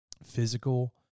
Physical